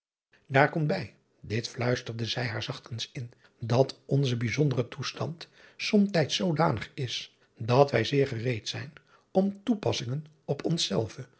aar komt bij dit fluisterde zij haar zachtkens in dat onze bijzondere toestand somtijds zoodanig is dat wij zeer gereed zijn om toepassingen op